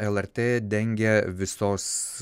lrt dengia visos